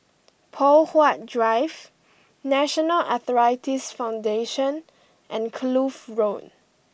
Poh Huat Drive National Arthritis Foundation and Kloof Road